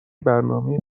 برنامهای